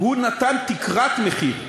הוא נתן תקרת מחיר,